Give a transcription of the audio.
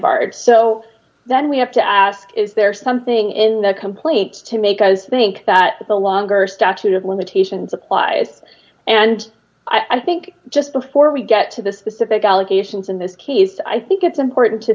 barred so then we have to ask is there something in the complaint to make as think that the longer statute of limitations applies and i think just before we get to the specific allegations in this case i think it's important to